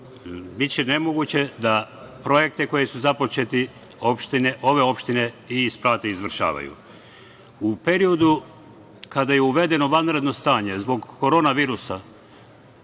biće nemoguće da projekte koji su započeti ove opštine i isprate i izvršavaju.U periodu kada je uvedeno vanredno stanje zbog korona virusa